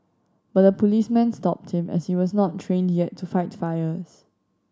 but the policeman stopped him as he was not trained yet to fight fires